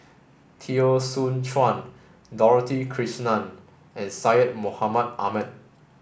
Teo Soon Chuan Dorothy Krishnan and Syed Mohamed Ahmed